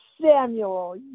Samuel